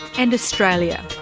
and australia,